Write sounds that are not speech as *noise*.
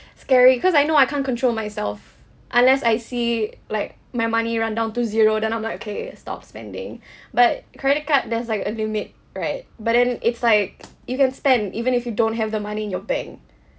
*breath* scary cause I know I can't control myself unless I see like my money run down to zero then I'm like okay stop spending *breath* but credit card there's like a limit right but then it's like you can spend even if you don't have the money in your bank